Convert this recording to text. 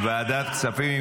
בוועדת כספים.